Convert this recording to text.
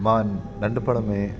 मां नंढपण में